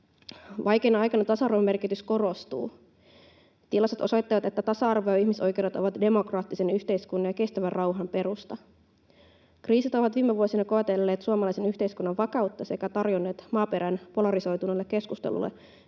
Vaikeina aikoina tasa-arvon merkitys korostuu. Tilastot osoittavat, että tasa-arvo ja ihmisoikeudet ovat demokraattisen yhteiskunnan ja kestävän rauhan perusta. Kriisit ovat viime vuosina koetelleet suomalaisen yhteiskunnan vakautta sekä tarjonneet maaperän polarisoituneelle keskustelulle,